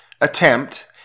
attempt